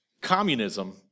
communism